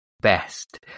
best